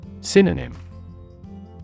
Synonym